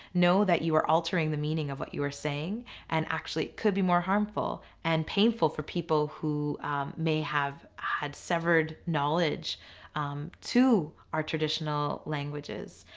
know that you are altering the meaning of what you're saying and actually could be more harmful and painful for people who may have had severed knowledge to our traditional languages.